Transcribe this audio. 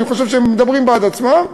אני חושב שהם מדברים בעד עצמם,